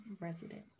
resident